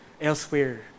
elsewhere